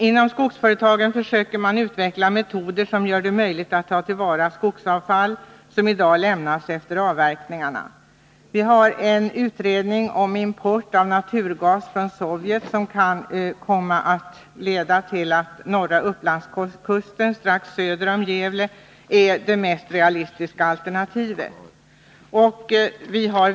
Inom skogsföretagen försöker man utveckla metoder som gör det möjligt att ta till vara skogsavfall som i dag lämnas efter avverkningarna. Vi har en utredning om import av naturgas från Sovjet som kan komma att leda till att norra Upplandskusten strax söder om Gävle är det mest realistiska alternativet för en gasledning.